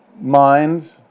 mind